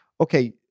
okay